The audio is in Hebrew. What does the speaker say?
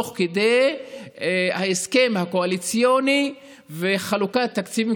תוך כדי ההסכם הקואליציוני וחלוקת תקציבים